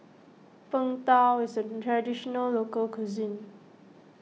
Png Tao is a Traditional Local Cuisine